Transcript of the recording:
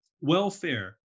welfare